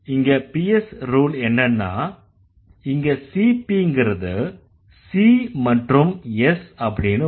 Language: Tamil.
இங்க PS ரூல் என்னன்னா இங்க CPங்கறது C மற்றும் S அப்படின்னு வரும்